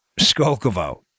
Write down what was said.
Skolkovo